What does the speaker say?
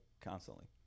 constantly